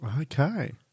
Okay